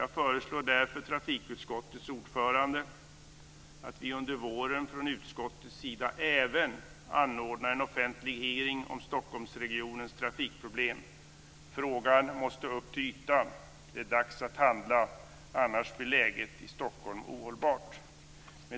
Jag föreslår därför trafikutskottets ordförande att vi under våren från utskottets sida även anordnar en offentlig hearing om Stockholmsregionens trafikproblem. Frågan måste upp till ytan. Det är dags att handla, annars blir läget i Stockholm ohållbart.